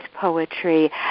poetry